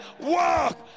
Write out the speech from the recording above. walk